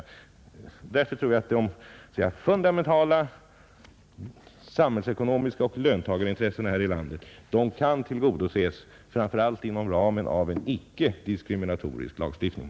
Därför tror jag att de fundamentala samhällsekonomiska intressena och löntagarintressena här i landet bör tillgodoses genom en generell lagstiftning och inte inom ramen för en diskriminatorisk, enbart mot utländska ägare riktad lagstiftning.